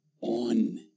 on